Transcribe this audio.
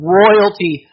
royalty